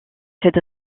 cette